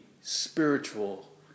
spiritual